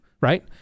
Right